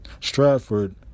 Stratford